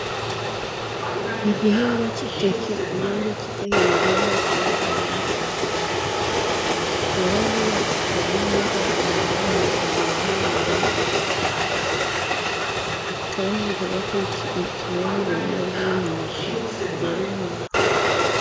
Igihingwa cy'iteke igihigwa cy'iteke n'igihingwa cyiza cyane, cyera vuba cyera neza, kigatanga umusaruro uhagije, kandi kikaba kimwe mu bimera by'ibinyamafufu byera ibinyamafufu.